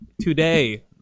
Today